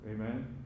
Amen